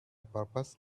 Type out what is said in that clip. purpose